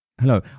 Hello